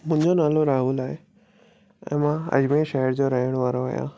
मुंहिंजो नालो राहुल आहे ऐं मां हाईवे शहर जो रहणु वारो आहियां